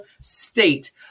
state